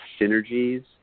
synergies